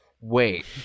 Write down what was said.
wait